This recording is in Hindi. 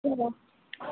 की बोर्ड